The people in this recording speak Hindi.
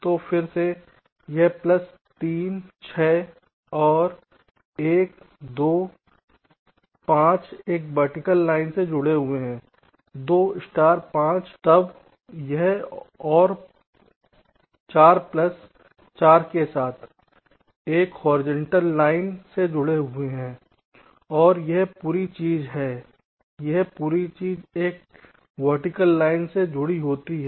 तो फिर से एक प्लस 3 6 और 1 2 5 एक वर्टिकल लाइन से जुड़ा हुआ है 2 स्टार 5 तब यह और 4 प्लस 4 के साथ एकहोरिजेंटल लाइन से जुड़े होते हैं और यह पूरी चीज और यह पूरी चीज एक वर्टिकल लाइन से जुड़ी होती है